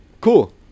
Cool